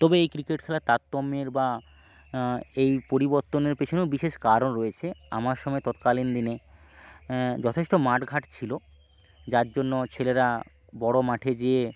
তবে এই ক্রিকেট খেলার তারতম্যের বা এই পরিবর্তনের পেছনেও বিশেষ কারণ রয়েছে আমার সময়ে তৎকালীন দিনে যথেষ্ট মাঠঘাট ছিলো যার জন্য ছেলেরা বড় মাঠে যেয়ে